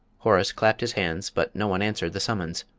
horace clapped his hands, but no one answered the summons,